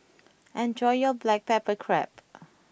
enjoy your Black Pepper Crab